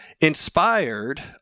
inspired